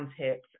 tips